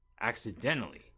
accidentally